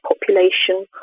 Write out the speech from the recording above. population